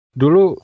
dulu